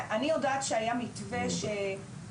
אני יודעת שהיה מתווה שלכאורה,